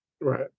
Right